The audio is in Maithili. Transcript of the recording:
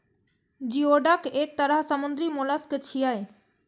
जिओडक एक तरह समुद्री मोलस्क छियै